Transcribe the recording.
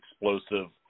explosive